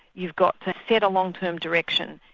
you've got to set a long-term direction.